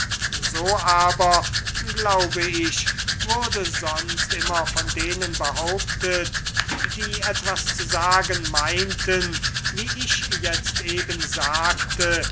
so aber glaube ich wurde sonst immer von denen behauptet die etwas zu sagen meinten wie ich jetzt eben sagte